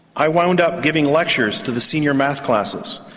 i wound up giving lectures to the senior maths classes,